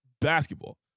basketball